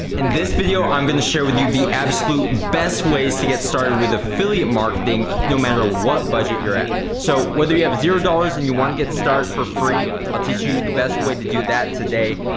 in this video i'm gonna share with you the absolute best ways to get started with affiliate marketing, no matter what budget you're at. so whether you have zero dollars and you wanna get started for free, i'll teach you the best way to do that today.